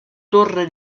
torre